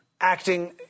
acting